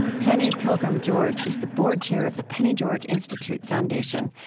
penny pilgrim george is the board chair of the penny george institute foundation,